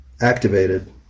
activated